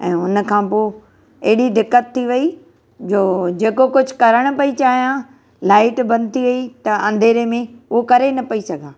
ऐं हुनखां पोइ एॾी दिक़तु थी वई जो जेको कुझु करणु पई चाहियां लाइट बंदि थी वई त अंधेरे में हूअ करे न पई सघां